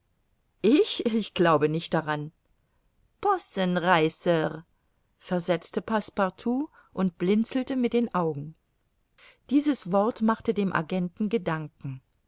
ich ich glaube nicht daran possenreißer versetzte passepartout und blinzelte mit den augen dieses wort machte dem agenten gedanken